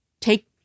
take